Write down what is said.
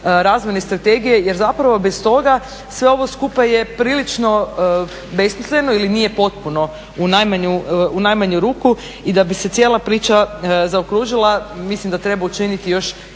razvojne strategije jer zapravo bez toga sve ovo skupa je prilično besmisleno ili nije potpuno u najmanju ruku. I da bi se cijela priča zaokružila mislim da treba učiniti još